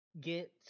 get